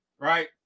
right